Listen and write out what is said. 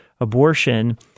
abortion